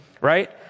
right